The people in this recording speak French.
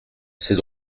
ces